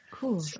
Cool